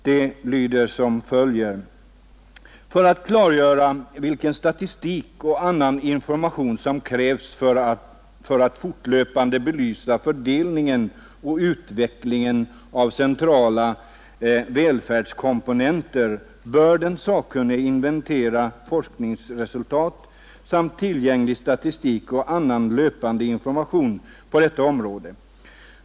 De lyder som följer: ”För att klargöra vilken statistik och annan information som krävs för att fortlöpande belysa fördelningen och utvecklingen av centrala välfärdskomponenter bör den sakkunnige inventera forskningsresultat samt tillgänglig statistik och annan löpande information på detta område.